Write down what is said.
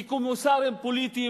כקומיסרים פוליטיים,